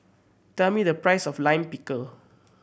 tell me the price of Lime Pickle